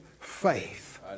faith